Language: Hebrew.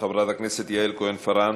חברת הכנסת יעל כהן-פארן,